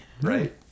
Right